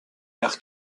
air